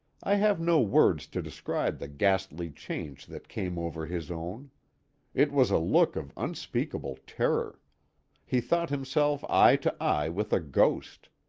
i have no words to describe the ghastly change that came over his own it was a look of unspeakable terror he thought himself eye to eye with a ghost.